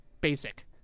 basic